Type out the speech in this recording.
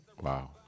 Wow